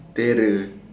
terror